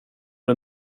det